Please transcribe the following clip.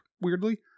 Weirdly